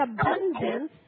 abundance